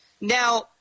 Now